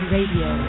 Radio